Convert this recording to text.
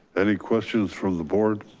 any questions from the board?